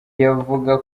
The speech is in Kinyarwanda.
yavuga